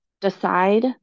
decide